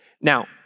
Now